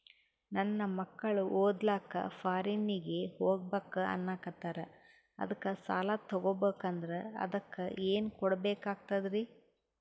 ನನ್ನ ಮಕ್ಕಳು ಓದ್ಲಕ್ಕ ಫಾರಿನ್ನಿಗೆ ಹೋಗ್ಬಕ ಅನ್ನಕತ್ತರ, ಅದಕ್ಕ ಸಾಲ ತೊಗೊಬಕಂದ್ರ ಅದಕ್ಕ ಏನ್ ಕೊಡಬೇಕಾಗ್ತದ್ರಿ?